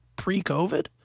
Pre-COVID